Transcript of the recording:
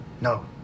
no